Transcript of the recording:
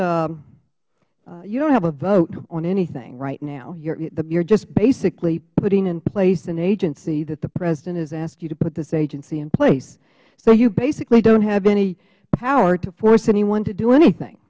and you don't have a vote on anything right now you are just basically putting in place an agency that the president has asked you to put this agency in place so you basically don't have any power to force anyone to do anything